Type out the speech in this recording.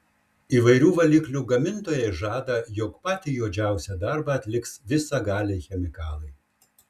įvairių valiklių gamintojai žada jog patį juodžiausią darbą atliks visagaliai chemikalai